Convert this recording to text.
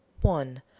one